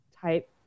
type